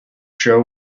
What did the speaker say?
show